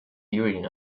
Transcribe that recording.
urine